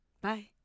Bye